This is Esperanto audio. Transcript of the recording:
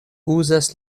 uzas